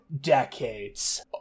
decades